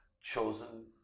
chosen